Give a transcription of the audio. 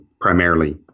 primarily